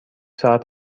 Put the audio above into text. ساعت